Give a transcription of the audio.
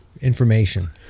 information